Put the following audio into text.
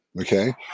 Okay